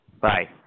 Bye